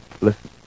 Listen